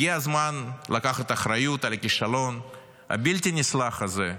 הגיע הזמן לקחת אחריות על הכישלון הבלתי-נסלח הזה,